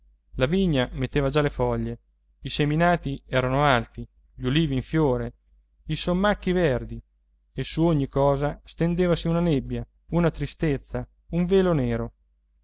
la vigna metteva già le foglie i seminati erano alti gli ulivi in fiore i sommacchi verdi e su ogni cosa stendevasi una nebbia una tristezza un velo nero